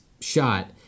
shot